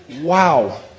Wow